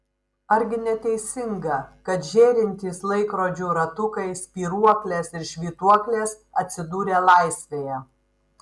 argi neteisinga kad žėrintys laikrodžių ratukai spyruoklės ir švytuoklės atsidūrė laisvėje